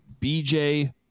BJ